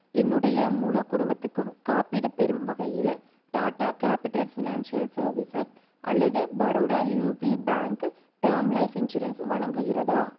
என்னுடைய முழு குடும்பத்துக்கும் காப்பீடு பெறும் வகையில் டாடா கேபிட்டல் ஃபினான்ஷியல் சர்வீசஸ் அல்லது Baroda UP bank term life insurance வழங்குகிறதா